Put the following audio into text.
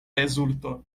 rezulto